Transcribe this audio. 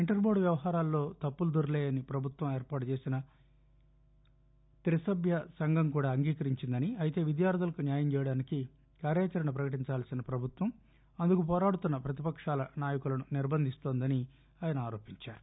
inter board వ్యవహారాల్లో తప్పులు దొర్ణాయని ప్రభుత్వం ఏర్పాటు చేసిన త్రిసభ్య సంఘం కూడా అంగీకరించిందని అయితే విద్యార్ధులకు న్యాయం చేయడానికి కార్యాచరణ ప్రకటించాల్సిన ప్రభుత్వం అందుకు పోరాడుతున్న ప్రతిపశాల నాయకులను నిర్బందిస్తోందని ఆయన ఆరోపించారు